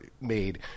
made